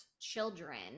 children